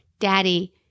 Daddy